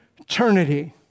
eternity